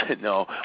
no